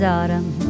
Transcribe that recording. Autumn